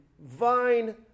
vine